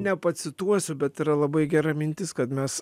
nepacituosiu bet yra labai gera mintis kad mes